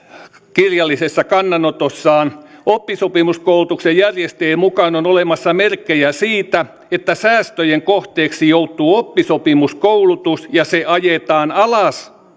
kirjallisessa kannanotossaan oppisopimuskoulutuksen järjestäjien mukaan on olemassa merkkejä siitä että säästöjen kohteeksi joutuu oppisopimuskoulutus ja se ajetaan alas